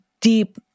deep